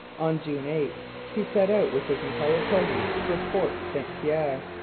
on june eight he set out with his entire party for fort st pierre,